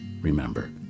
Remember